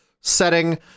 setting